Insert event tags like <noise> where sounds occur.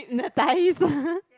hypnotise <laughs>